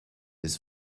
his